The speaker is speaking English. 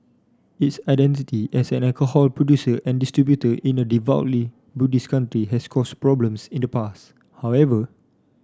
its identity as an alcohol producer and distributor in a devoutly Buddhist country has caused problems in the past however